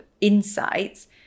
insights